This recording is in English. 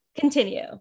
Continue